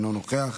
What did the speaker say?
אינו נוכח,